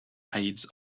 hides